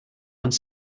one